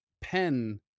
pen